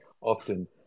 often